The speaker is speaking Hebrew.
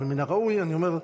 אבל מן הראוי, אני אומר,